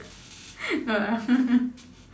no lah